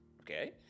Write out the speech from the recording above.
okay